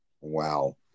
Wow